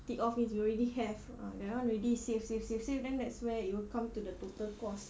tick off means you already have ah that [one] already save save save save then that's where it will come to the total cost